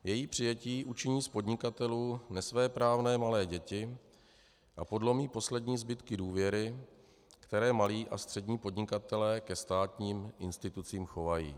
Její přijetí učiní z podnikatelů nesvéprávné malé děti a podlomí poslední zbytky důvěry, které malí a střední podnikatelé ke státním institucím chovají.